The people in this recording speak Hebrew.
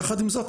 יחד עם זאת,